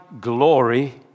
Glory